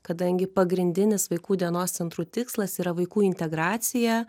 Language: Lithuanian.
kadangi pagrindinis vaikų dienos centrų tikslas yra vaikų integracija